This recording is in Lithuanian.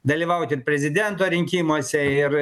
dalyvauti prezidento rinkimuose ir